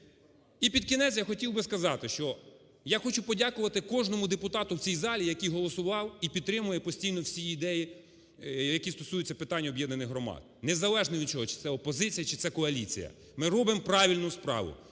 І під кінець я хотів би сказати, що я хочу подякувати кожному депутату в цій залі, який голосував і підтримує постійно всі ідеї, які стосуються питання об'єднаних громад, незалежно від того чи це опозиція, чи це коаліція, ми робимо правильну справу,